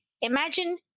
imagine